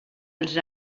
els